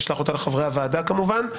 נשלח אותה לחברי הוועדה כמובן.